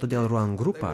todėl ruan grupa